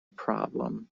problem